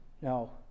no